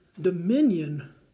dominion